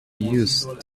used